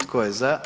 Tko je za?